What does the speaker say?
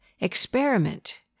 Experiment